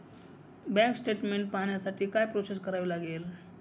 Bank statement पाहण्यासाठी काय process करावी लागेल?